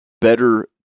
better